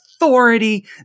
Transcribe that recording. authority